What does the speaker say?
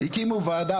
הקימו ועדה,